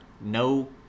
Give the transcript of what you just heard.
no